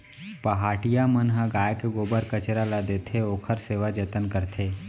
पहाटिया मन ह गाय के गोबर कचरा कर देथे, ओखर सेवा जतन करथे